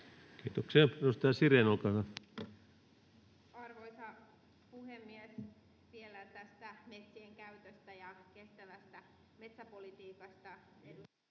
Kiitoksia. — Edustaja Sirén, olkaa hyvä. Arvoisa puhemies! Vielä muutama sana tästä kestävästä metsäpolitiikasta